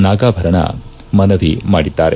ನಾಗಾಭರಣ ಮನವಿ ಮಾಡಿದ್ದಾರೆ